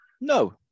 No